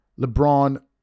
lebron